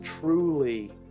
truly